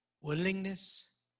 willingness